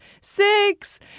six